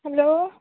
hello